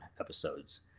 episodes